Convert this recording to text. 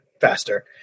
faster